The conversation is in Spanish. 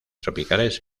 tropicales